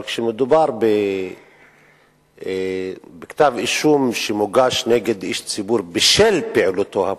אבל כשמדובר בכתב אישום שמוגש נגד איש ציבור בשל פעילותו הפוליטית,